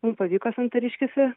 mum pavyko santariškėse